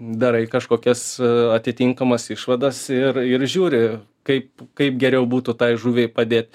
darai kažkokias atitinkamas išvadas ir ir žiūri kaip kaip geriau būtų tai žuviai padėt